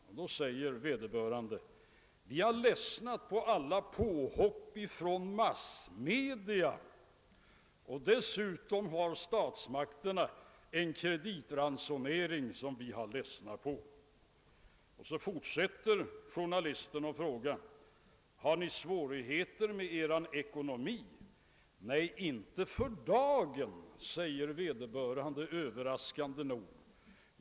Vederbörande svarade då: Vi har ledsnat på alla påhopp från massmedia, och dessutom har statsmakterna en kreditransonering som vi har ledsnat på. Journalisten fortsatte: Har ni svårigheter med er ekonomi? Nej, inte för dagen, säger vederbörande överraskande nog.